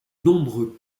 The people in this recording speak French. nombreux